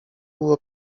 było